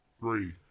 Three